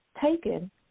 taken